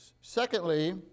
Secondly